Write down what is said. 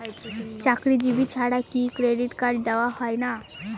চাকুরীজীবি ছাড়া কি ক্রেডিট কার্ড দেওয়া হয় না?